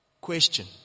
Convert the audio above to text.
Question